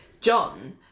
John